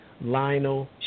Lionel